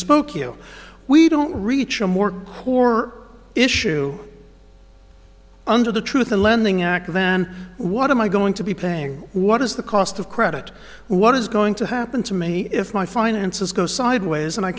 spokeo we don't reach a more or issue under the truth in lending act then what am i going to be paying what is the cost of credit what is going to happen to me if my finances go sideways and i